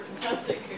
fantastic